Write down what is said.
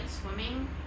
swimming